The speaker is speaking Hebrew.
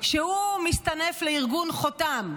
שהוא מסתנף לארגון "חותם",